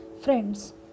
Friends